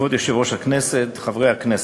כבוד יושב-ראש הכנסת, חברי הכנסת,